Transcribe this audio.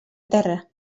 terra